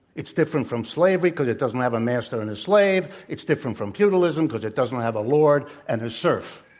it's different from slavery because it doesn't have a master and a slave it's different from feudalism because it doesn't have a lord and a serf.